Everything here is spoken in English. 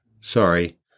Sorry